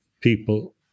people